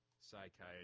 psychiatry